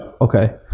Okay